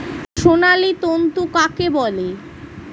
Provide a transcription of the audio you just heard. সোনালী তন্তু কাকে বলে?